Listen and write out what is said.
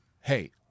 hey